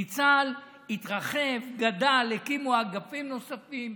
ניצל, התרחב, גדל, הקימו אגפים נוספים.